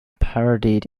parodied